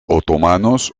otomanos